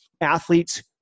Athletes